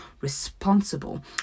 responsible